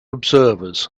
observers